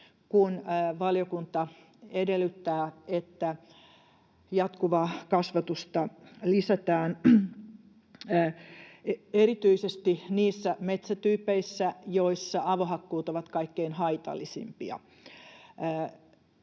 kun valiokunta edellyttää, että jatkuvaa kasvatusta lisätään erityisesti niissä metsätyypeissä, joissa avohakkuut ovat kaikkein haitallisimpia.